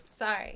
Sorry